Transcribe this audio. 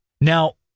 Now